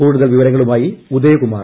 കൂടുതൽ വിവരങ്ങളുമായി ഉദയകുമാർ